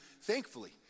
thankfully